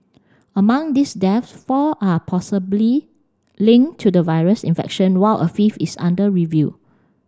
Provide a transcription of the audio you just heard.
among these deaths four are possibly linked to the virus infection while a fifth is under review